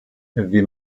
wie